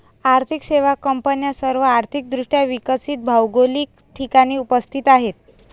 आर्थिक सेवा कंपन्या सर्व आर्थिक दृष्ट्या विकसित भौगोलिक ठिकाणी उपस्थित आहेत